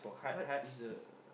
what is a